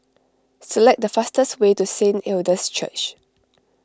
select the fastest way to Saint Hilda's Church